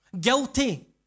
guilty